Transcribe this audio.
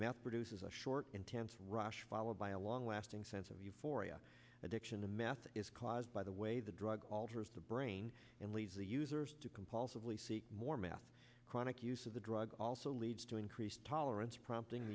math produces a short intense rush followed by a long lasting sense of euphoria addiction to meth is caused by the way the drug alters the brain and leads the users to compulsively seek more math chronic use of the drug also leads to increased tolerance prompting